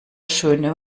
schöne